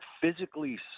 physically